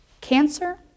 cancer